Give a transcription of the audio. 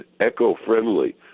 eco-friendly